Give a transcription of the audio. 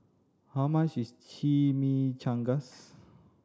how much is Chimichangas